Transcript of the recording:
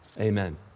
amen